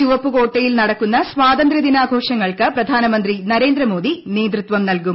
ചുവപ്പു കോട്ടയിൽ നടക്കുന്ന സ്വാതന്ത്ര്യ ദിന ആഘോഷങ്ങൾക്ക് പ്രധാനമന്ത്രി നരേന്ദ്രമോദി നേതൃത്വം നൽകും